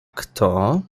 kto